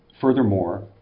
Furthermore